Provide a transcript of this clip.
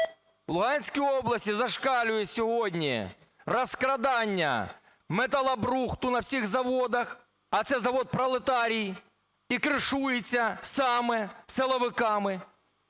в Луганській області зашкалює сьогодні розкрадання металобрухту на всіх заводах, а це завод "Пролетарій" і кришується саме силовиками.